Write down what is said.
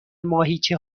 ماهیچه